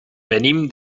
venim